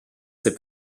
ses